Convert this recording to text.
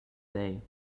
day